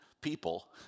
people